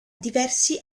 diversi